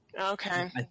Okay